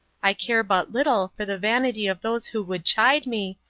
i care but little for the vanity of those who would chide me,